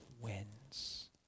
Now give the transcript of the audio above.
wins